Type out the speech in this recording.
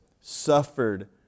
suffered